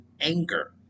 anger